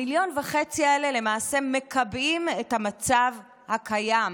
1.5 מיליון שקלים האלה למעשה מקבעים את המצב הקיים.